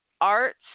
arts